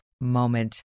moment